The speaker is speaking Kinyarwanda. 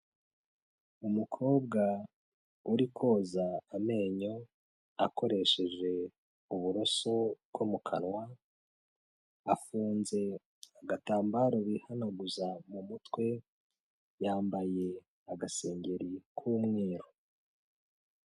Umukobwa uri koza amenyo akoresheje uburoso bwo mu kanwa, afunze agatambaro bihanaguza mu mutwe, yambaye agasengeri k'umweru.